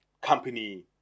company